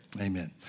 Amen